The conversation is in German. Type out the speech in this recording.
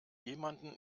jemanden